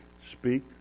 speak